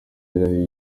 yarahiye